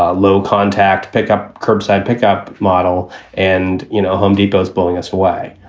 ah low contact pick up, curbside pickup model and you know home depot is blowing us away.